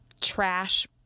trash